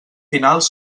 finals